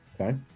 Okay